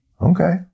Okay